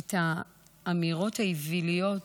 את האמירות האוויליות